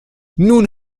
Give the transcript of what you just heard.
nun